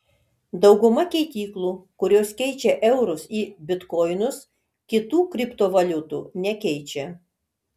dauguma keityklų kurios keičia eurus į bitkoinus kitų kriptovaliutų nekeičia